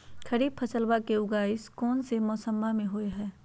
खरीफ फसलवा के उगाई कौन से मौसमा मे होवय है?